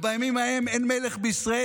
"ובימים ההם אין מלך בישראל,